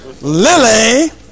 Lily